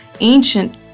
ancient